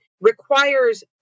requires